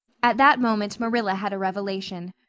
at that moment marilla had a revelation.